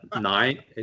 Nine